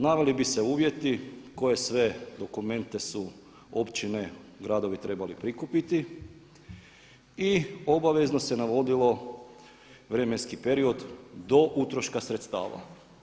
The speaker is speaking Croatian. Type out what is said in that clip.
Naveli bi se uvjeti, koje sve dokumente su općine, gradovi trebali prikupiti i obavezno se navodilo vremenski period do utroška sredstava.